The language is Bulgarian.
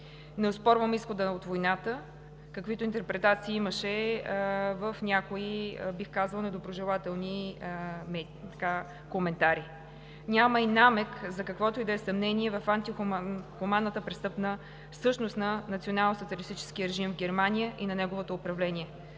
Не оспорвам изхода от войната, каквито интерпретации имаше в някои, бих казала, недоброжелателни коментари. Няма и намек за каквото и да е съмнение в антихуманната, престъпна същност на националсоциалистическия режим в Германия и на неговото управление.